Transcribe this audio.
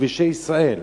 בכבישי ישראל.